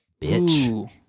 bitch